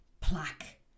plaque